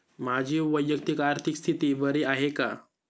माझी वैयक्तिक आर्थिक स्थिती बरी आहे का?